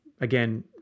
again